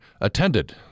attended